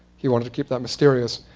he wanted to keep that mysterious.